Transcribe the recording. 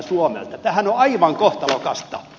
tämähän on aivan kohtalokasta